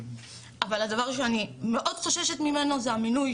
אבל הדבר שאני מאוד חוששת ממנו זה המינוי